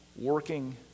working